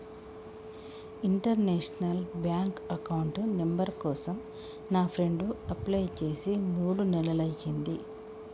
international bank account number కోసం నా friend apply చేసి మూడు నెలలయ్యింది